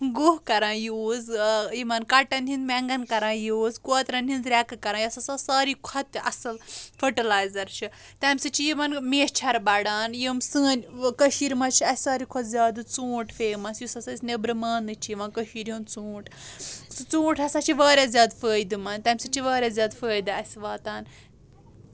گُہہ کران یوٗز یِمن کَٹن ہٕنٛدۍ میٚنٛگن کران یوٗز کوترن ہٕنٛز ریٚکہٕ کران یۄس ہسا ساروے کھوتہٕ تہِ اَصٕل فرٹیلایزر چھِ تِمہِ سۭتۍ چھُ یِمن میچھر بَڑان یِم سٲنۍ کٔشیٖر منٛز چھ اَسہِ ساروے کھۄتہٕ زیادٕ ژوٗنٹھۍ فیمَس یُس ہسا أسۍ نیٚبرٕ ماننہٕ چھِ یِوان کٔشیٖر ہُنٛد ژوٗنٹھ سُہ ژوٗنٹھ ہسا چھُ واریاہ زیادٕ فٲیدٕمنٛد تمہِ سۭتۍ چھُ واریاہ زیادٕ فٲیدٕ اَسہِ واتان